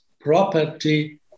property